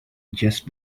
just